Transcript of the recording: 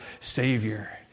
Savior